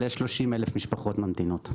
יש 30,000 משפחות ממתינות.